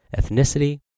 ethnicity